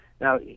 now